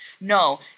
No